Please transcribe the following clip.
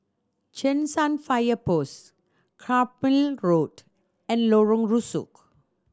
Cheng San Fire Post Carpmael Road and Lorong Rusuk